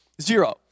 Zero